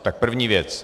Tak první věc.